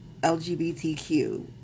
lgbtq